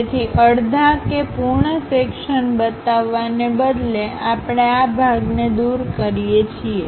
તેથી અડધા કે પૂર્ણ સેક્શનબતાવવાને બદલેઆપણે આ ભાગને દૂર કરીએ છીએ